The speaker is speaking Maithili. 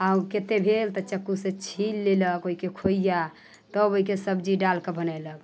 आ ओ कतेक भेल तऽ चक्कूसँ छील लेलक ओहिके खोइआ तब ओहिके सब्जी डालि कऽ बनयलक